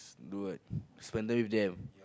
do what squander with them